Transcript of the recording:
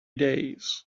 days